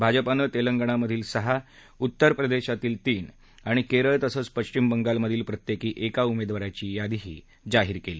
भाजपानं तेलंगनामधील सहा उत्तर प्रदेशातील तीन आणि केरळ तसंच पब्धिम बंगालमधील प्रत्येकी एका उमेदवाराची यादीही जाहीर केली